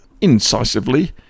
incisively